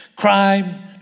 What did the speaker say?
crime